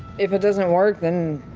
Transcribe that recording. if it doesn't work, then